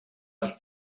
als